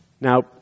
Now